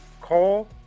Cole